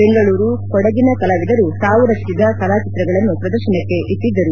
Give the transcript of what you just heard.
ಬೆಂಗಳೂರು ಕೊಡಗಿನ ಕಲಾವಿದರು ತಾವು ರಟಿಸಿದ ಕಲಾ ಚಿತ್ರಗಳನ್ನು ಪ್ರದರ್ಶನಕ್ಕಿಟ್ಟಿದ್ದರು